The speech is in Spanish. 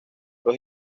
los